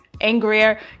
angrier